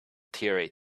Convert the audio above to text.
theory